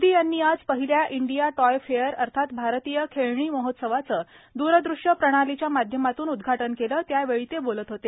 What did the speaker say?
मोदी यांनी आज पहिल्या इंडिया टॉय फेअर अर्थात भारतीय खेळणी महोत्सवाचं द्रदृश्य प्रणालीच्या माध्यमातून उद्घाटन केलं त्यावेळी ते बोलत होते